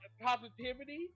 positivity